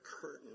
curtain